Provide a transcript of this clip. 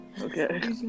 okay